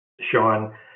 Sean